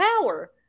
power